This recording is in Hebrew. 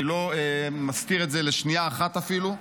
אני לא מסתיר את זה לשנייה אחת אפילו.